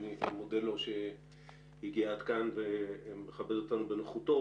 ואני מודה לו שהגיע עד כאן ומכבד אותנו בנוכחותו.